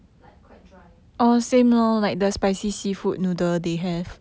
like quite dry